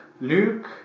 Luke